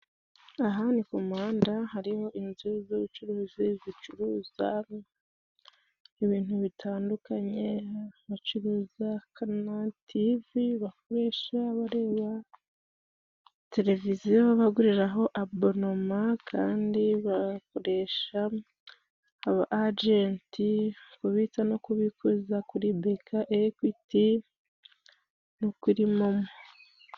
Aha ni ku muhanda. Hariho inzu z'ubucuruzi zicuruza ibintu bitandukanye, bacuruza kano tivi bakoresha bareba televiziyo baguriraho abonoma, kandi bakoresha aba ajenti kubitsa no kubikuza kuri BEKA ,Ekwiti no kuri MOMO.